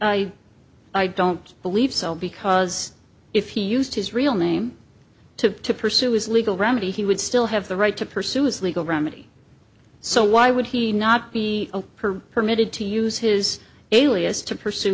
don't believe so because if he used his real name to pursue his legal remedy he would still have the right to pursue his legal remedy so why would he not be per permitted to use his alias to pursue